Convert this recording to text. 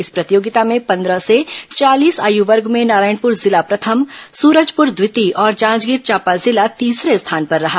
इस प्रतियोगिता में पंद्रह से चालीस आयू वर्ग में नारायणपुर जिला प्रथम सूरजपुर द्वितीय और जांजगीर चांपा जिला तीसरे स्थान पर रहा